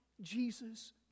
Jesus